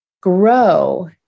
grow